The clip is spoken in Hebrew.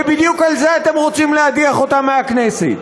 ובדיוק על זה אתם רוצים להדיח אותם מהכנסת.